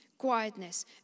Quietness